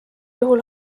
juhul